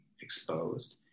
exposed